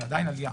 זו עדיין עלייה.